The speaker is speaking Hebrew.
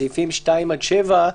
סעיפים 2 עד 7,